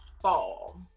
fall